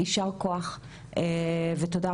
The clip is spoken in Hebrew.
יישר כוח,